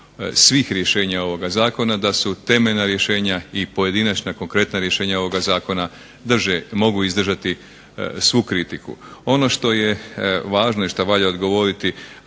svih rješenja ovoga zakona da su temeljna rješenja i pojedinačna konkretna rješenja ovoga zakona drže, mogu izdržati svu kritiku. Ono što je važno i što valja odgovoriti,